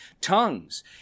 Tongues